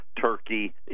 Turkey